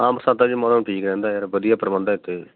ਆਮ ਸਾਦਾ ਜਿਹਾ ਮੌਸਮ ਠੀਕ ਰਹਿੰਦਾ ਯਾਰ ਵਧੀਆ ਪ੍ਰਬੰਧ ਹੈ ਇੱਥੇ